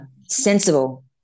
sensible